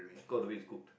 cause of the way it's cooked